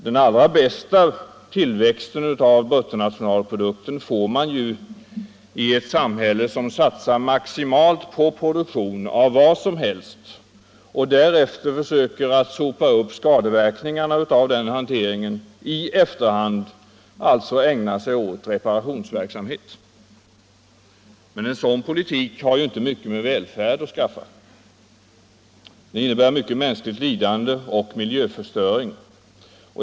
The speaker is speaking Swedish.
Den allra största tillväxten av bruttonationalprodukten får man i ett samhälle som satsar maximalt på produktion av vad som helst och där man sedan i efterhand försöker lappa ihop skadorna av den hanteringen. Men en sådan politik har ju inte mycket med välfärd att skaffa. Den innebär mycket mänskligt lidande och miljöförstöring.